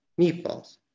meatballs